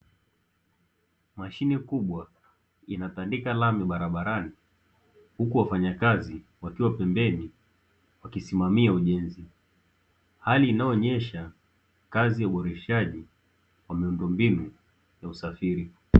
Mashine kubwa inatandika lami barabarani huku wafanyakazi wakiwa pembeni wakisimamia ujenzi, hali inayoonyesha kazi ya uboreshaji wa miundombinu ya usafiri.